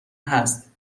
هست